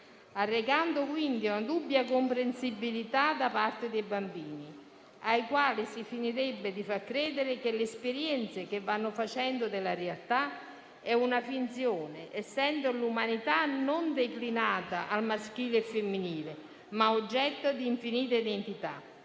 arrecando quindi una dubbia comprensibilità da parte dei bambini, ai quali si finirebbe per far credere che le esperienze che vanno facendo della realtà sono una finzione, essendo l'umanità non declinata al maschile e femminile ma oggetto di infinite identità,